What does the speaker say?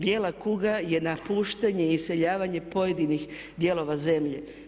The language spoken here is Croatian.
Bijela kuga je napuštanje i naseljavanje pojedinih dijelova zemlje.